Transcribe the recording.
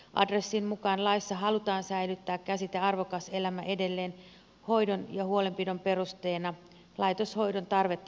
adressin mukaan laissa halutaan säilyttää käsite arvokas elämä edelleen hoidon ja huolenpidon perusteena laitoshoidon tarvetta määriteltäessä